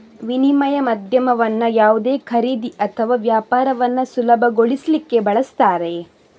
ವಿನಿಮಯ ಮಾಧ್ಯಮವನ್ನ ಯಾವುದೇ ಖರೀದಿ ಅಥವಾ ವ್ಯಾಪಾರವನ್ನ ಸುಲಭಗೊಳಿಸ್ಲಿಕ್ಕೆ ಬಳಸ್ತಾರೆ